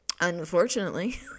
Unfortunately